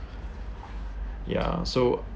yeah so